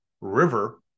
river